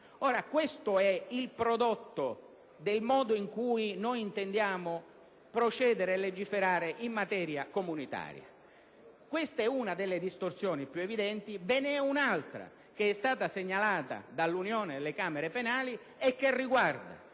Questo è il prodotto del modo in cui intendiamo procedere e legiferare in materia comunitaria. Questa è una delle distorsioni più evidenti; ma ve ne è un'altra, che è stata segnalata dall'Unione delle camere penali e che riguarda